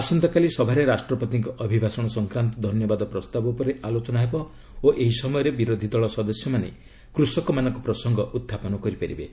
ଆସନ୍ତାକାଲି ସଭାରେ ରାଷ୍ଟ୍ରପତିଙ୍କ ଅଭିଭାଷଣ ସଫକ୍ରାନ୍ତ ଧନ୍ୟବାଦ ପ୍ରସ୍ତାବ ଉପରେ ଆଲୋଚନା ହେବ ଓ ଏହି ସମୟରେ ବିରୋଧୀ ଦଳ ସଦସ୍ୟମାନେ କୃଷକମାନଙ୍କ ପ୍ରସଙ୍ଗ ଉଡ୍ଚାପନ କରିପାରିବେ